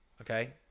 Okay